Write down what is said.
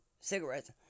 cigarettes